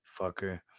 Fucker